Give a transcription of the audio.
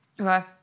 Okay